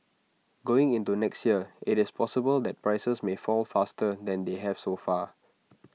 going into next year IT is possible that prices may fall faster than they have so far